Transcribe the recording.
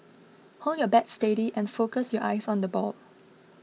hold your bat steady and focus your eyes on the ball